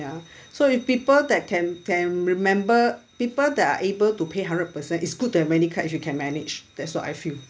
so if people that can can remember people that are able to pay hundred percent is good to have many cards if you can manage that's what I feel